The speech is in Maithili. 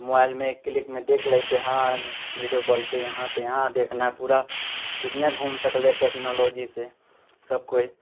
मोबाइलमे एक क्लिकमे देखि लै छै हँ वीडियो कॉल पे यहाँ से यहाँ देखनाइ पूरा दुनिया घूम सकलै टेक्नोलॉजी से सब केओ